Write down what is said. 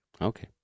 Okay